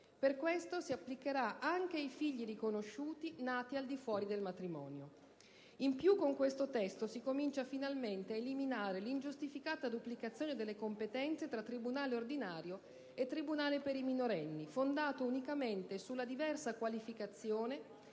per questo si applicherà anche ai figli riconosciuti nati al di fuori del matrimonio. In oltre, con questo testo, si comincia finalmente ad eliminare l'ingiustificata duplicazione delle competenze tra tribunale ordinario e tribunale per i minorenni, fondata unicamente sulla diversa qualificazione